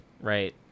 right